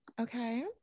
okay